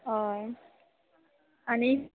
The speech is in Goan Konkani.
हय आनी